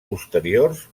posteriors